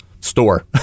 store